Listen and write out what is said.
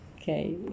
okay